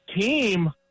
team